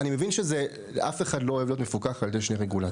אני מבין שאף אחד לא אוהב להיות מפוקח על ידי שני רגולטורים.